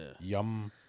Yum